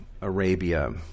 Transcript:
Arabia